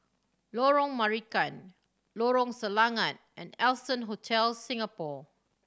Lorong Marican Lorong Selangat and Allson Hotel Singapore